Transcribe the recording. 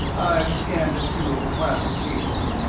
i've scanned a few of the classic cases.